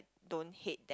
don't hate them